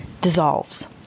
dissolves